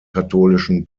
katholischen